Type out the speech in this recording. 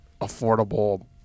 affordable